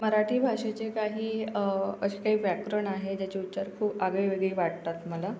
मराठी भाषेचे काही असे काही व्याकरण आहे ज्याचे उच्चार खूप आगळेवेगळे वाटतात मला